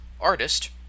artist